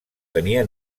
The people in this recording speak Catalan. tenia